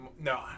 no